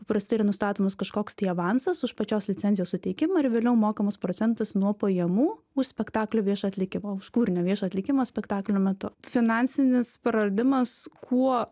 paprastai yra nustatomas kažkoks tai avansas už pačios licencijos suteikimą ir vėliau mokamas procentas nuo pajamų už spektaklio viešą atlikimą už kūrinio viešą atlikimą spektaklio metu finansinis praradimas kuo